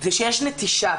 זה שיש נטישה.